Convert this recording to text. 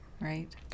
right